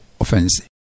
offensive